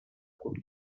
could